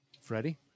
Freddie